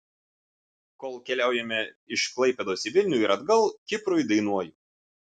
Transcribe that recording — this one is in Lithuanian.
kol keliaujame iš klaipėdos į vilnių ir atgal kiprui dainuoju